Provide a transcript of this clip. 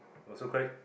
also quite